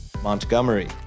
Montgomery